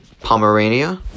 Pomerania